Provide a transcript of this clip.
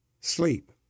sleep